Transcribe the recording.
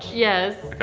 yes,